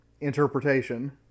interpretation